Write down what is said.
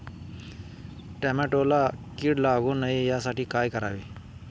टोमॅटोला कीड लागू नये यासाठी काय करावे?